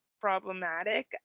problematic